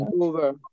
over